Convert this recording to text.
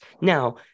now